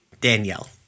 Danielle